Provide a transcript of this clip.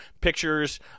pictures